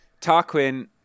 Tarquin